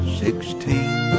sixteen